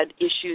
issues